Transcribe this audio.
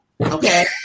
Okay